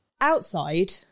Outside